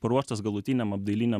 paruoštas galutiniam apdailiniam